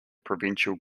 provincial